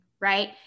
right